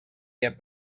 get